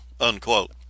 unquote